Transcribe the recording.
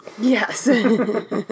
Yes